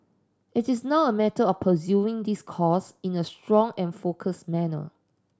it is now a matter of pursuing this course in a strong and focused manner